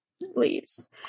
leaves